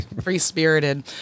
free-spirited